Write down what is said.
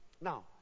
now